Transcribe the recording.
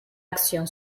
acción